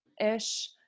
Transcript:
ish